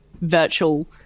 virtual